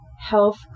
health